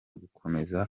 gukomeza